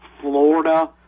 Florida